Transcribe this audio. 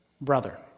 brother